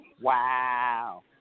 Wow